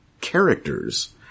characters